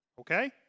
okay